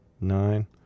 Nine